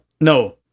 No